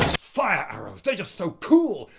fire just so cool,